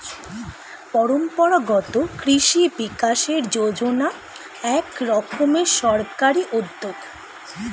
পরম্পরাগত কৃষি বিকাশ যোজনা এক রকমের সরকারি উদ্যোগ